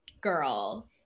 girl